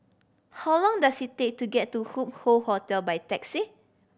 how long does it take to get to Hup Hoe Hotel by taxi